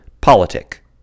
politic